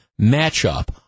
matchup